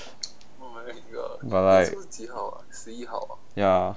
but like ya